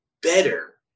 better